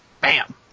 Bam